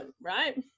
right